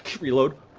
reload.